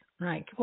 right